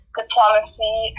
diplomacy